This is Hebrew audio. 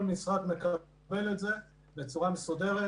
כל משרד מקבל את זה בצורה מסודרת,